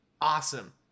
awesome